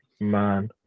man